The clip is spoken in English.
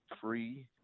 free